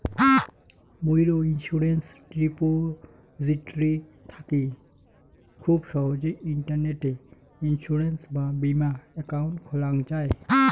মুইরা insurance repository থাকি খুব সহজেই ইন্টারনেটে ইন্সুরেন্স বা বীমা একাউন্ট খোলাং যাই